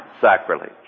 sacrilege